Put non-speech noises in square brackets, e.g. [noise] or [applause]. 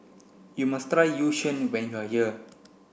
you must [unintelligible] Yu Sheng when you are here